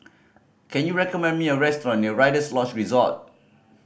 can you recommend me a restaurant near Rider's Lodge Resort